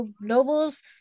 nobles